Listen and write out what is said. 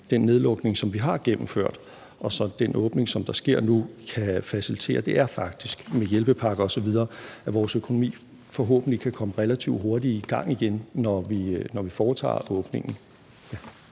den nedlukning, som vi har gennemført, og den åbning, som sker nu med hjælpepakker osv., kan facilitere, er faktisk, at vores økonomi forhåbentlig kan komme relativt hurtigt i gang igen, når vi foretager åbningen.